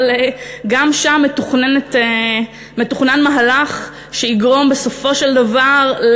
אבל גם שם מתוכנן מהלך שיגרום בסופו של דבר,